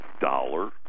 dollar